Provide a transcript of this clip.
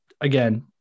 again